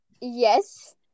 Yes